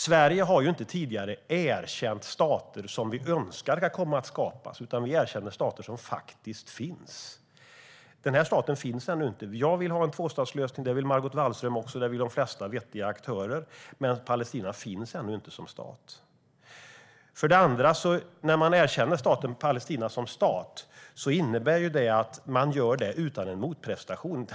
Sverige har inte tidigare erkänt stater som vi önskar ska komma att skapas, utan vi erkänner stater som faktiskt finns. Den här staten finns ännu inte. Jag vill ha en tvåstatslösning, och det vill Margot Wallström också. Det vill de flesta vettiga aktörer, men Palestina finns ännu inte som stat. När man erkänner staten Palestina som stat innebär det att man gör det utan en motprestation.